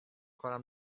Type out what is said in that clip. کارم